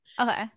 okay